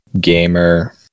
gamer